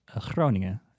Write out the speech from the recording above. Groningen